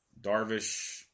Darvish